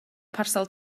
parsel